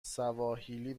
سواحیلی